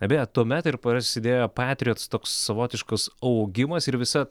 beje tuomet ir prasidėjo petriots toks savotiškas augimas ir visa